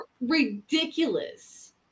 ridiculous